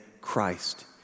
Christ